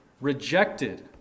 rejected